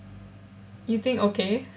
you think okay